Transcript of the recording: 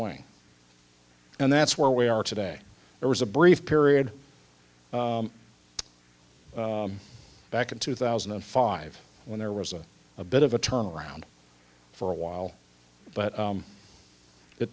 wing and that's where we are today there was a brief period back in two thousand and five when there was a a bit of a turn around for a while but